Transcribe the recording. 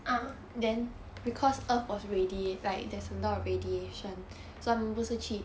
ah